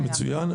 מצוין.